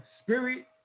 Spirit